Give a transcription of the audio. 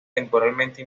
temporalmente